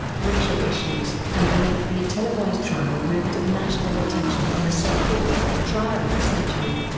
racial issues, and the lengthy televised trial riveted national attention on the so-called trial of the century.